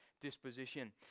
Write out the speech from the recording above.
disposition